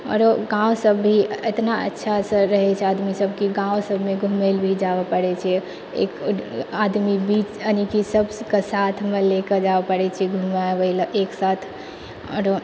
आओर गाँवसब भी एतना अच्छासँ रहै छै आदमीसब कि गाँव सबमे भी घुमैलए जाबै पड़ै छै एक आदमी मतलब बीच यानी सबके साथमे लेके जाबै पड़ै छै घुमाबैलए एकसाथ आओर